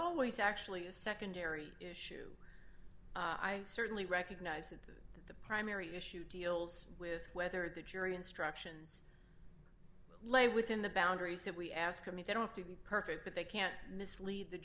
always actually a secondary issue i certainly recognize that the primary issue deals with whether the jury instructions lay within the boundaries that we ask i mean they don't have to be perfect but they can't mislead the